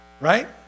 right